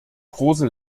große